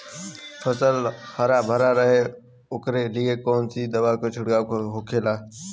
फसल हरा भरा रहे वोकरे लिए कौन सी दवा का छिड़काव होखेला?